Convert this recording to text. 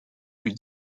plus